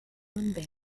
nürnberg